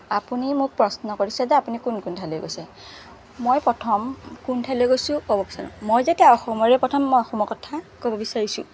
আপুনি মোক প্ৰশ্ন কৰিছে যে আপুনি কোন কোন ঠাইলৈ গৈছে মই প্ৰথম কোন ঠাইলৈ গৈছোঁ ক'ব বিচাৰোঁ মই যেতিয়া অসমৰে প্ৰথম মই অসমৰ কথা ক'ব বিচাৰিছোঁ